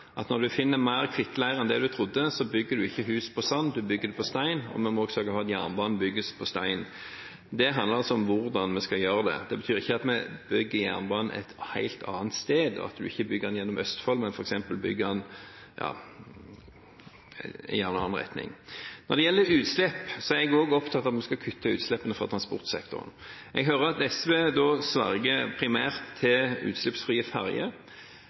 Når man finner mer kvikkleire enn man trodde fantes, bygger man ikke hus på sand, men på stein, og jernbanen må selvfølgelig bygges på stein. Det handler altså om hvordan vi skal gjøre det. Det betyr ikke at vi bygger jernbane et helt annet sted. Når det gjelder utslipp, er også jeg opptatt av at vi skal kutte utslippene i transportsektoren. Jeg hører at SV sverger primært til utslippsfrie ferjer. Jeg tror at vi vil kunne få en betydelig mengde utslippsfrie biler, som gjør at